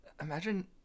Imagine